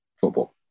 football